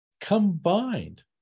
combined